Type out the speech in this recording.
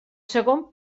segon